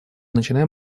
начинаем